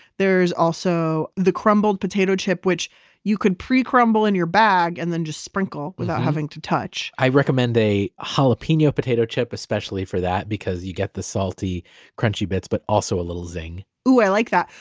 there's also the crumbled potato chip which you could pre-crumble in your bag and then just sprinkle without having to touch i recommend a jalapeno potato chip especially for that because you get the salty crunchy bits but also a little zing oh, i like that.